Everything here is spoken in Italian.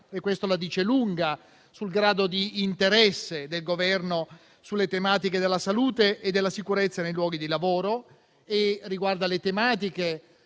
e questo la dice lunga sul grado di interesse del Governo sulle tematiche della salute e della sicurezza nei luoghi di lavoro e al riguardo delle tematiche